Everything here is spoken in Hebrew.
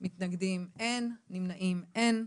בעד שלושה, מתנגדים אין, נמנעים אין.